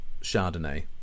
Chardonnay